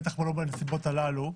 בטח לא בנסיבות הללו.